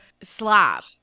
slap